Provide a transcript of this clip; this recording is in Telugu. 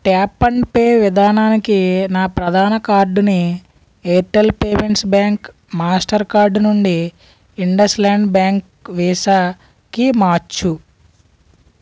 ట్యాప్ అండ్ పే విధానానికి నా ప్రధాన కార్డుని Airtel payments bank Mastercard నుండి ఇండస్ల్యాండ్ బ్యాంక్ వీసాకి మార్చు